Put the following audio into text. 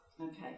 Okay